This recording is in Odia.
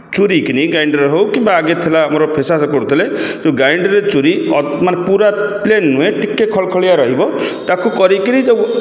ଚୁରିକିନା ଗ୍ରାଇଣ୍ଡର୍ ହେଉ କିମ୍ବା ଆଗେ ଥିଲା ଆମର ଫେସାସ କରୁଥିଲେ ଯେଉଁ ଗ୍ରାଇଣ୍ଡର୍ରେ ଚୁରି ମାନେ ପୁରା ପ୍ଲେନ୍ ନୁହେଁ ଟିକିଏ ଖଳଖଳିଆ ରହିବ ତାକୁ କରିକିନା ଯେଉଁ